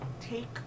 take